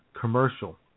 commercial